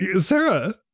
Sarah